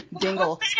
Dingle